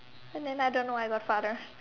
and then I don't know I got father